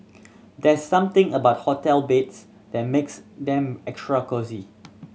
there's something about hotel beds that makes them extra cosy